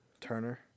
Turner